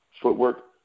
footwork